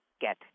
get